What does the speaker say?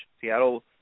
Seattle